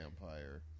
vampire